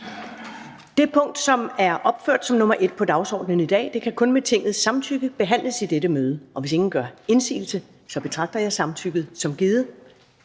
Det punkt, der er opført som nr. 1 på dagsordenen i dag, kan kun med Tingets samtykke behandles i dette møde. Hvis ingen gør indsigelse, betragter jeg samtykket som givet.